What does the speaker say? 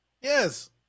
Yes